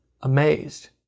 amazed